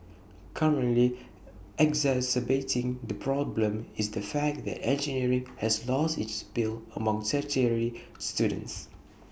currently exacerbating the problem is the fact that engineering has lost its appeal among tertiary students